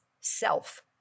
self